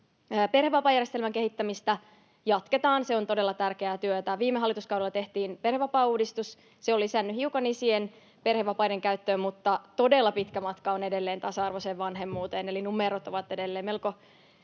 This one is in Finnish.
Perhevapaajärjestelmän kehittämistä jatketaan, se on todella tärkeää työtä. Viime hallituskaudella tehtiin perhevapaauudistus. Se on lisännyt hiukan isien perhevapaiden käyttöä, mutta todella pitkä matka on edelleen tasa-arvoiseen vanhemmuuteen. Eli numerot ovat edelleen melko